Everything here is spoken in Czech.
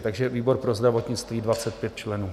Takže výbor pro zdravotnictví 25 členů.